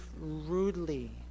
rudely